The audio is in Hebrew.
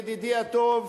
ידידי הטוב,